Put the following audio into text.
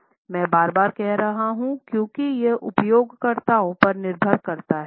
मैं बार बार कह रहा हूं क्योंकि यह उपयोगकर्ताओं पर निर्भर करता है